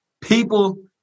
people